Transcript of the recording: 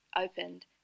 opened